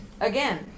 Again